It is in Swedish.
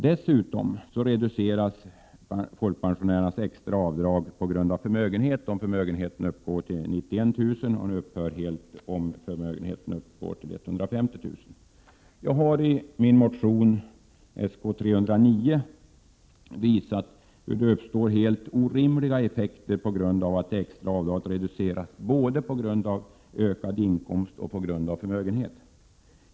Dessutom reduceras folkpensionärernas extra avdrag om de har en förmögenhet som uppgår till 91 000 kr. och upphör helt om förmögenheten uppgår till 150 000 kr. Jag har i min motion Sk309 visat hur det uppstår helt orimliga effekter då det extra avdraget reduceras både på grund av ökad inkomst och på grund av förmögenhet.